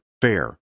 fair